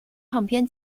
唱片